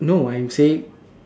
no I'm saying